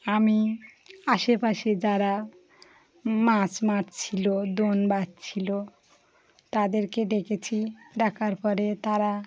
আমি আশেপাশে যারা মাছ বাছ ছিলো দোন বাছ ছিলো তাদেরকে ডেকেছি ডাকার পরে তারা